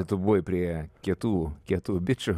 tu buvai prie kietų kietų bičų